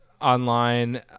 online